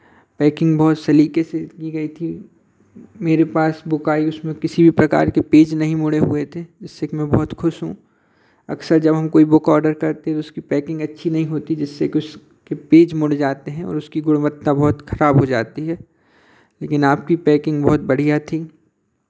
packing बहुत सलीके से की गई थी मेरे पास बुक आई उसमें किसी भी प्रकार की पेज़ नहीं मुड़े हुए थे उससे मैं बहुत खुश हूँ अक्सर जब हम कोई बुक ऑर्डर करते हैं उसकी पैकिंग अच्छी नहीं होती जिससे कुछ के पेज़ मुड़ जाते हैं और उसकी गुणवत्ता बहुत खराब हो जाती है लेकिन आपकी पैकिंग बहुत बढ़ियाँ थी